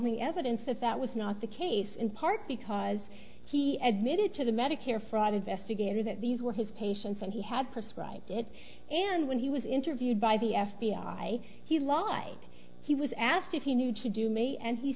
the evidence that that was not the case in part because he admitted to the medicare fraud investigator that these were his patients and he had prescribe it and when he was interviewed by the f b i he lied he was asked if he knew to do may and he